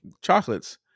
chocolates